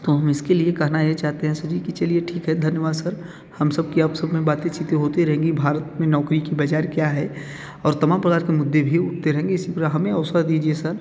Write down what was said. तो हम इसके लिए कहना ये चाहते हैं सर जी कि चलिए ठीक है धन्यवाद सर हम सब की आप सब में बातें चीतें होती रहेंगी भारत में नौकरी के बाज़ार क्या है और तमाम प्रकार के मुद्दे भी उठते रहेंगे इसी प्रकार हमें अवसर दीजिए सर